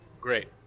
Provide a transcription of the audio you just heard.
great